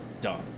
done